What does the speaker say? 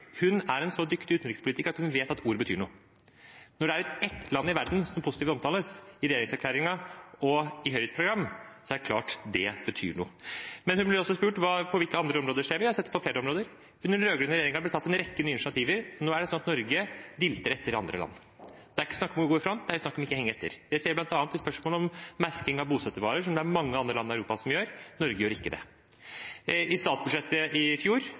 hun er en så dyktig utenrikspolitiker at hun vet at ord betyr noe. Når det er ett land i verden som omtales positivt i regjeringserklæringen og i Høyres program, er det klart det betyr noe. Men hun ble også spurt på hvilke andre områder vi ser det. Vi har sett det på flere områder. Under den rød-grønne regjeringen ble det tatt en rekke nye initiativer. Nå er det sånn at Norge dilter etter andre land. Det er ikke snakk om å gå i front, det er snakk om ikke å henge etter. Det ser vi bl.a. i spørsmålet om merking av bosettervarer, som det er mange andre land i Europa som gjør. Norge gjør det ikke. I forbindelse med statsbudsjettet i fjor